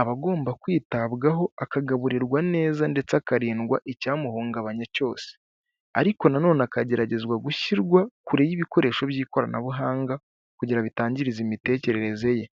Aba agomba kwitabwaho akagaburirwa neza ndetse akarindwa icyamuhungabanya cyose. Ariko nanone akagerageza gushyirwa kure y'ibikoresho by'ikoranabuhanga kugira bitangiza imitekerereze ye.